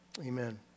Amen